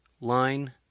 Line